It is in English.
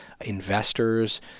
investors